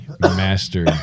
master